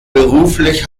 beruflich